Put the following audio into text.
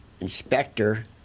inspector